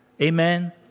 Amen